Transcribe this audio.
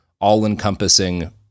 all-encompassing